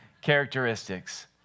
characteristics